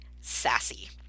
sassy